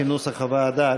כנוסח הוועדה,